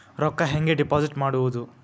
ರೊಕ್ಕ ಹೆಂಗೆ ಡಿಪಾಸಿಟ್ ಮಾಡುವುದು?